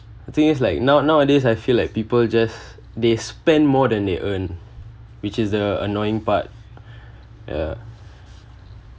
the thing is like now nowadays I feel like people just they spend more than they earn which is the annoying part ya